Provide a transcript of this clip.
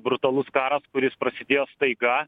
brutalus karas kuris prasidėjo staiga